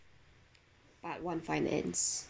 part one finance